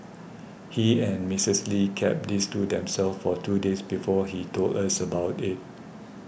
he and Mistress Lee kept this to themselves for two days before he told us about it